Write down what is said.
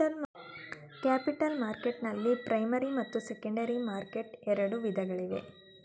capital ಮಾರ್ಕೆಟ್ನಲ್ಲಿ primary ಮತ್ತು secondary market ಎರಡು ವಿಧಗಳಿವೆ